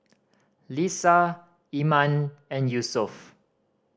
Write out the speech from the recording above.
Lisa Iman and Yusuf